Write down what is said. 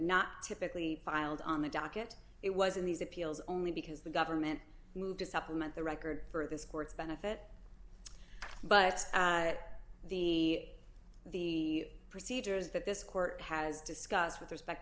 not typically filed on the docket it was in these appeals only because the government moved to supplement the record for this court's benefit but at the the procedures that this court has discussed with respect